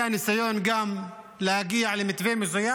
היה גם ניסיון להגיע למתווה מסוים,